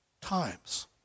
times